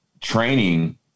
training